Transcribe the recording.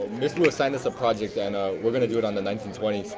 ms. woo assigned us a project and uhh. we're gonna do it on the nineteen twenty